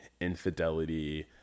infidelity